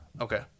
Okay